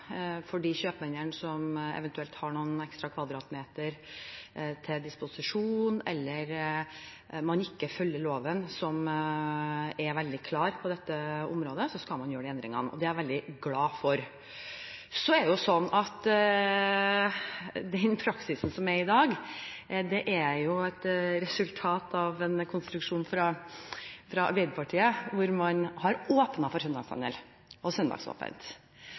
for kjøpmennene som eventuelt har noen ekstra kvadratmeter til disposisjon, eller ikke følger loven, som er veldig klar på dette området. Det er jeg veldig glad for. Så er praksisen i dag et resultat av en konstruksjon fra Arbeiderpartiet hvor man har åpnet for søndagshandel og søndagsåpent.